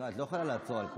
את לא יכולה לעצור על כל דבר.